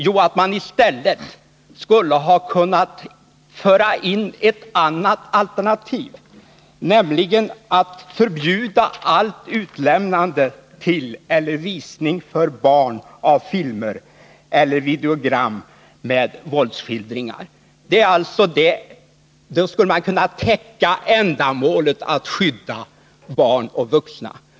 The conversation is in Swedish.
Jo, att man i stället skulle ha kunnat föra in ett annat alternativ, nämligen att förbjuda allt utlämnande till eller visning för barn av filmer eller videogram med våldsskildringar. Då skulle man kunna täcka ändamålet, nämligen att skydda barn och vuxna.